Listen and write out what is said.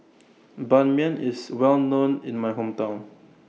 Ban Mian IS Well known in My Hometown